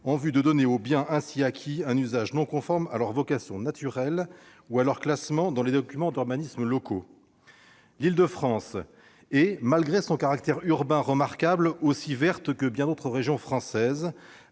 en vue de donner au bien ainsi acquis un usage non conforme à sa vocation naturelle ou à son classement dans les documents d'urbanisme locaux. L'île de France est, malgré son caractère urbain remarquable, aussi verte que bien d'autres régions françaises